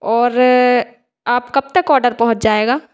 और आप कब तक ऑर्डर पहुँच जाएगा